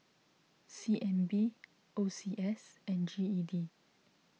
C N B O C S and G E D